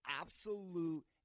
absolute